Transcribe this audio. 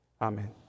Amen